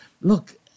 Look